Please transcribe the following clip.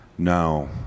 Now